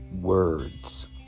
words